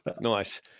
nice